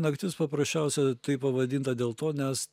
naktis paprasčiausia taip pavadinta dėl to nes